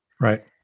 Right